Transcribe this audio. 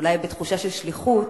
אולי בתחושה של שליחות,